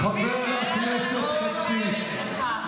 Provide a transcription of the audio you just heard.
החולשה שלך ושל המחנה שלך,